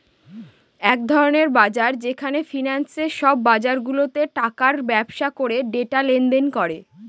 এক ধরনের বাজার যেখানে ফিন্যান্সে সব বাজারগুলাতে টাকার ব্যবসা করে ডেটা লেনদেন করে